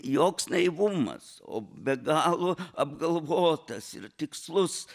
joks naivumas o be galo apgalvotas ir tikslus